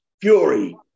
fury